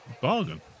bargain